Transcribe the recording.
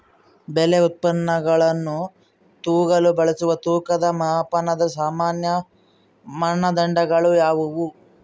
ಬೆಳೆ ಉತ್ಪನ್ನವನ್ನು ತೂಗಲು ಬಳಸುವ ತೂಕ ಮತ್ತು ಮಾಪನದ ಸಾಮಾನ್ಯ ಮಾನದಂಡಗಳು ಯಾವುವು?